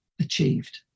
achieved